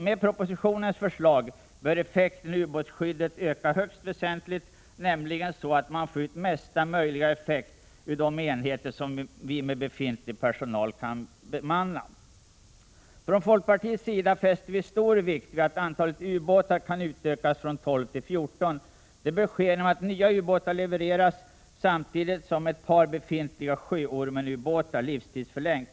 Med propositionens förslag bör effekten i ubåtsskyddet kunna öka högst väsentligt, nämligen så att man får ut mesta möjliga effekt ur de enheter som vi med befintlig personal kan bemanna. Från folkpartiets sida fäster vi stor vikt vid att antalet ubåtar kan utökas från 12 till 14. Det bör ske genom att nya ubåtar levereras, samtidigt som ett par befintliga Sjöormenubåtar livstidsförlängs.